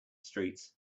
streets